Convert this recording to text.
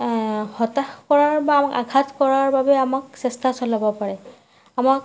হতাশ কৰাৰ বা আমাক আঘাত কৰাৰ বাবে আমাক চেষ্টা চলাব পাৰে আমাক